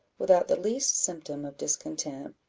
without the least symptom of discontent,